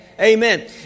Amen